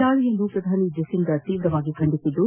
ದಾಳಿಯನ್ನು ಪ್ರಧಾನಿ ಜೆಸಿಂಡಾ ಅವರು ತೀವ್ರವಾಗಿ ಖಂಡಿಸಿದ್ದು